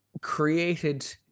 created